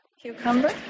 Cucumber